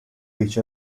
each